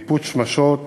ניפוץ שמשות